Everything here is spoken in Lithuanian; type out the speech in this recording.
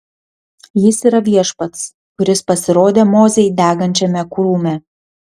jis yra viešpats kuris pasirodė mozei degančiame krūme